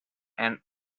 and